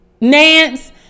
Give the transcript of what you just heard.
Nance